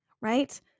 right